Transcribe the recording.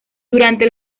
durante